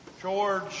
George